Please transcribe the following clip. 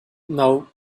now